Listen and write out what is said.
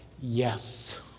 yes